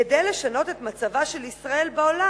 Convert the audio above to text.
כדי לשנות את מצבה של ישראל בעולם,